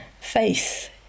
faith